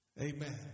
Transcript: Amen